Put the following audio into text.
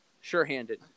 sure-handed